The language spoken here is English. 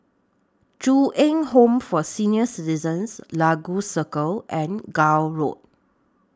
Ju Eng Home For Senior Citizens Lagos Circle and Gul Road